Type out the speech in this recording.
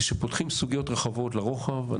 כשפותחים סוגיות רחבות לרוחב,